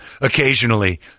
occasionally